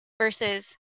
versus